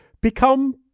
become